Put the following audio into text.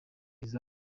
izamu